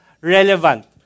relevant